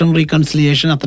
reconciliation